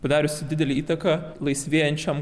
padariusi didelę įtaką laisvėjančiam kaunui